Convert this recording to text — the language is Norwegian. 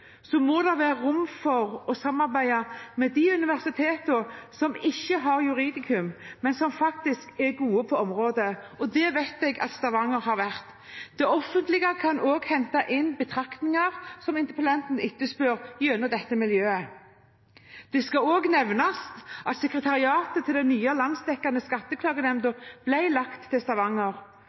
må det være rom for å samarbeide med de universitetene som ikke har juridiske fakulteter, men som er gode på området. Det vet jeg at Stavanger har vært. Det offentlige kan også hente inn betraktninger – som interpellanten etterspør – gjennom dette miljøet. Det skal også nevnes at sekretariatet til den nye, landsdekkende skatteklagenemda ble lagt til Stavanger.